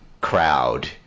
crowd